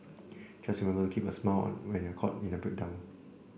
just remember to keep that smile on when you're caught in a breakdown